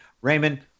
Raymond